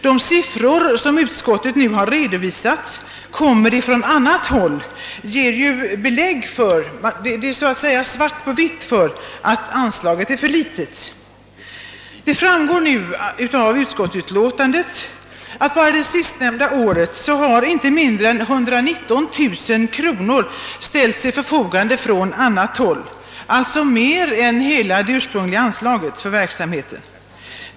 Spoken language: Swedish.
De siffror, som utskottet nu har redovisat för vad som kommer från annat håll ger så att säga svart på vitt på att anslaget är för litet. Det framgår av utskottsutlåtandet att bara under 1966/67 har inte mindre än 119 000 kronor ställts till förfogande från annat håll, d.v.s. mer än hela det ursprungliga anslaget för verksamheten.